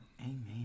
Amen